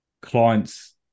Clients